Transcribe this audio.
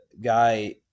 guy